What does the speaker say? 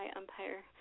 umpire